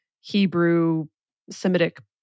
Hebrew-Semitic